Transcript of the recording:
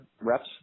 reps